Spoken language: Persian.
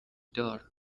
دار